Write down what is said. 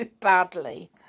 badly